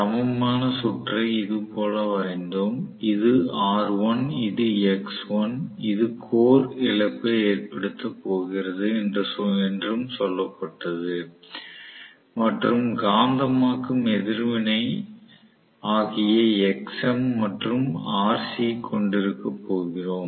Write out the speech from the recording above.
சமமான சுற்றை இது போல வரைந்தோம் இது R1 இது X1 இது கோர் இழப்பை ஏற்படுத்தப் போகிறது என்றும் சொல்லப்பட்டது மற்றும் காந்தமாக்கும் எதிர்வினை ஆகிய Xm மற்றும் Rc கொண்டிருக்கப் போகிறோம்